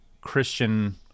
christian